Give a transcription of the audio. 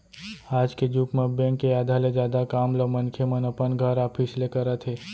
आज के जुग म बेंक के आधा ले जादा काम ल मनखे मन अपन घर, ऑफिस ले करत हे